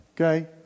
Okay